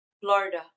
Florida